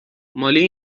مالی